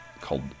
called